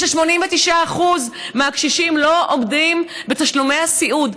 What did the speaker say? וכש-89% מהקשישים לא עומדים בתשלומי הסיעוד,